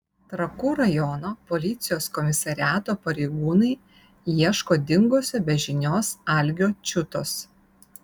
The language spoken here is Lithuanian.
trakų rajono policijos komisariato pareigūnai ieško dingusio be žinios algio čiutos